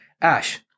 Ash